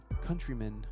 countrymen